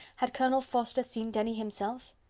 had colonel forster seen denny himself?